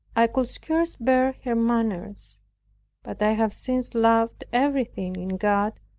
i could scarce bear her manners but i have since loved everything in god,